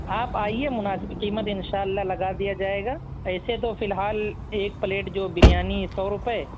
آپ آئیے مناسب قیمت انشاء اللہ لگا دیا جائے گا ایسے تو فی الحال ایک پلیٹ جو بریانی سو روپے